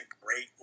great